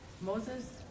Moses